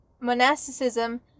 monasticism